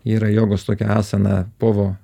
yra jogos tokia asana povo